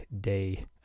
day